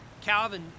calvin